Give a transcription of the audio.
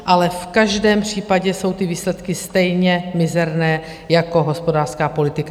Ale v každém případě jsou ty výsledky stejně mizerné jako hospodářská politika.